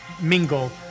mingle